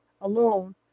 Alone